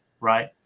right